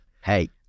hey